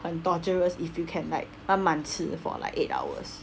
很 torturous if you can like 慢慢吃 for like eight hours